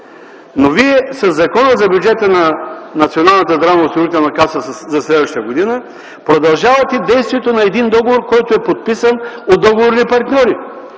Вие със Закона за бюджета на Националната здравноосигурителна каса за следващата година продължавате действието на един договор, който е подписан от договорни партньори.